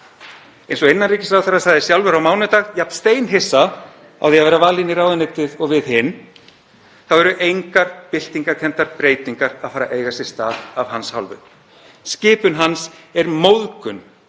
eins og innanríkisráðherra sagði sjálfur á mánudag, jafn steinhissa á því að vera valinn í ráðuneytið og við hin, þá eru engar byltingarkenndar breytingar að eiga sér stað af hans hálfu. Skipun hans er móðgun